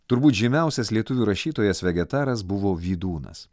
turbūt žymiausias lietuvių rašytojas vegetaras buvo vydūnas